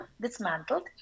dismantled